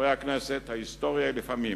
חברי הכנסת, ההיסטוריה היא לפעמים